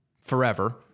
forever